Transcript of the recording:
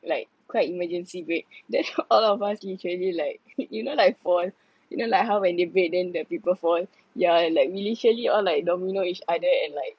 like quite emergency brake then all of us literally like you know like fall you know like how when they brake then the people fall yeah like we literally all like domino each either and like